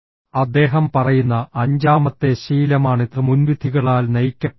അദ്ദേഹം പറയുന്ന അഞ്ചാമത്തെ ശീലമാണിത്ഃ മുൻവിധികളാൽ നയിക്കപ്പെടരുത്